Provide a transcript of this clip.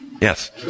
Yes